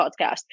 podcast